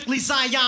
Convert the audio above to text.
Zion